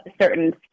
certain